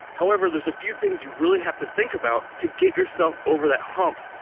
however, there's a few things you really have to think about to get yourself over that hump,